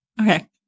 Okay